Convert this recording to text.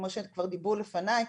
כמו שכבר דיברו לפניי,